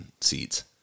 seats